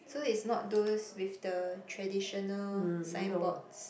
so it's not those with the traditional sign boards